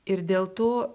ir dėl to